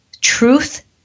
truth